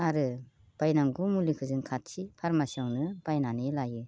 आरो बायनांगौ मुलिखौ जों खाथि फारमासियावनो बायनानै लायो